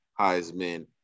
Heisman